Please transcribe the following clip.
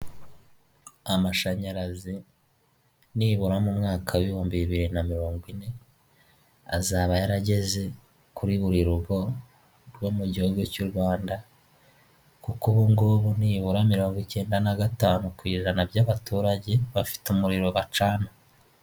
Aha ni mu ikaragiro ry'amata aho hagaragaramo imashini zagenewe gutunganya amata, hakagaragaramo ameza, harimo indobo, harimo amakaro. Iyo urebye ku nkuta hariho irange ry'ubururu, urukuta rwiza cyane rusa n'ubururu ndetse aha hantu ni heza pe.